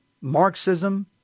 Marxism